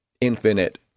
infinite